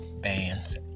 bands